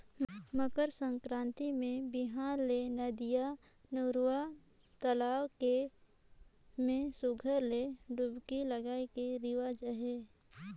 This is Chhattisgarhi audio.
मकर संकरांति मे बिहान ले नदिया, नरूवा, तलवा के में सुग्घर ले डुबकी लगाए के रिवाज अहे